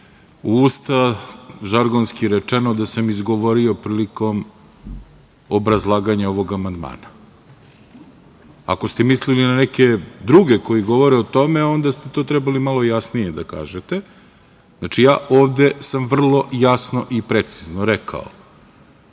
u Ustav, žargonski rečeno, da sam izgovorio prilikom obrazlaganja ovog amandmana. Ako ste mislili na neke druge koji govore o tome onda ste to trebali malo jasnije da kažete. Znači, ja ovde sam vrlo jasno i precizno rekao